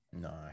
No